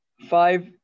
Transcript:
Five